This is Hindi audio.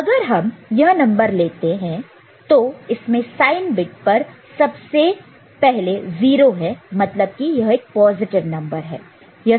अगर हम यह नंबर लेते हैं तो इसमें साइन बिट पर 0 है मतलब यह एक पॉजिटिव नंबर है